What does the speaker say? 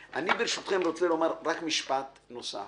ברשותכם אני רוצה לומר רק משפט נוסף.